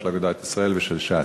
של אגודת ישראל ושל ש"ס: